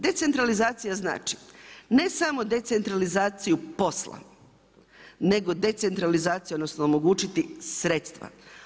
Decentralizacija znači, ne samo decentralizaciju posla, nego decentralizaciju, odnosno omogućiti sredstva.